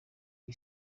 iri